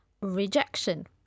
rejection